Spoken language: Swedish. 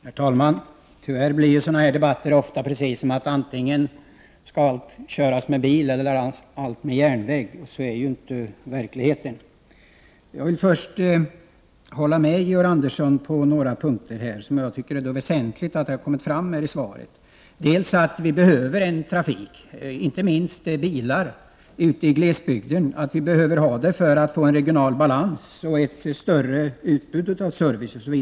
Herr talman! Tyvärr går sådana här debatter ofta ut på att allt skall fraktas med bil eller att allt skall fraktas med tåg. Så är det inte i verkligheten. Jag kan hålla med Georg Andersson på några punkter som jag tycker det är väsentligt att de kom fram i svaret. Vi behöver en trafik, inte minst bilar, ute i ' glesbygden. Vi behöver den för att nå regional balans och för att få ett större utbud av service.